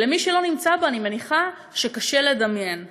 שלמי שלא נמצא בו אני מניחה שקשה לדמיין את זה.